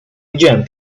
widziałem